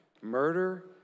murder